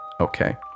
okay